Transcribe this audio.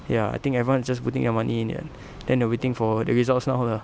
ya I think everyone is just putting their money in it then they're waiting for the results now lah